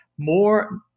more